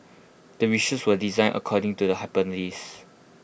the research was designed according to the